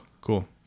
Cool